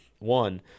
one